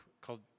called